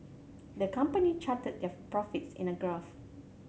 the company charted their profits in a graph